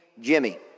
Jimmy